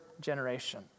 generation